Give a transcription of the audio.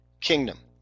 kingdom